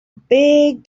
big